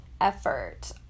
effort